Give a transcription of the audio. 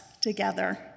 together